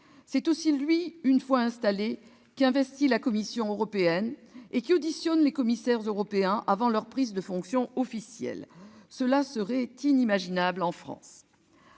C'est aussi lui, une fois installé, qui investit la Commission européenne et qui auditionne les commissaires européens avant leur prise de fonction officielle. Cela serait inimaginable en France.